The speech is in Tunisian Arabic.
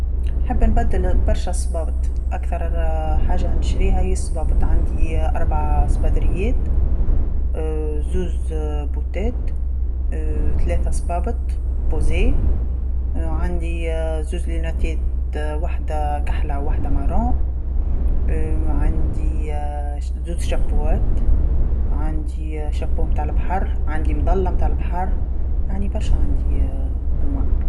نحب نبدل برشا الصبابط، أكثر حاجه نشريها هي الصبابط عندي أربع سبادريات زوز بوتات، تلاثه صبابط مستقرين، وعندي زوز لينافات وحده كحله ووحده بنيه، عندي شناو- زوز شابوات وعندي شابو متاع البحر، عندي مظلة متاع البحر يعني برشا عندي أنواع.